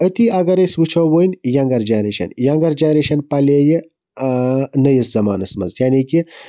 أتی اگر أسۍ وٕچھو وۄنۍ یَنٛگَر جَنریشَن یَنٛگَر جَنریشَن پَلیٚیہِ نٔیِس زَمانَس مَنٛز یعنے کہِ